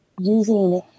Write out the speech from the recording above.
Using